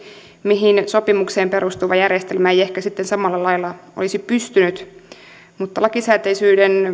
mihin sopimukseen perustuva järjestelmä ei ehkä sitten samalla lailla olisi pystynyt mutta lakisääteisyyden